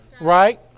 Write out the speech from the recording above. right